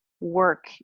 work